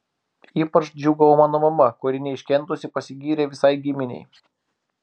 ypač džiūgavo mano mama kuri neiškentusi pasigyrė visai giminei